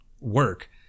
work